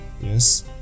Yes